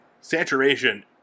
Saturation